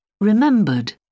Remembered